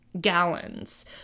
gallons